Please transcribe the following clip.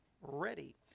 ready